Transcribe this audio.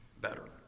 better